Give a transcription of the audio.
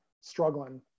struggling